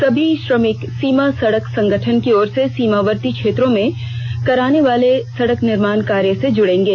सभी श्रमिक सीमा सड़क संगठन की ओर से सीमावर्ती क्षेत्रों में कराने जाने वाले सड़क निर्माण कार्य से जुड़ेंगे